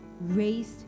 raised